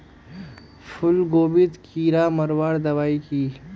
फूलगोभीत कीड़ा मारवार दबाई की?